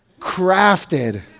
crafted